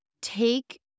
take